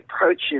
approaches